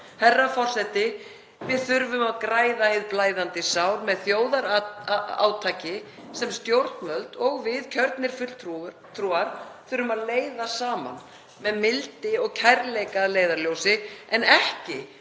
Herra forseti. Við þurfum að græða hið blæðandi sár með þjóðarátaki sem stjórnvöld og við, kjörnir fulltrúar, þurfum að leiða saman með mildi og kærleika að leiðarljósi en ekki